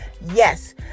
Yes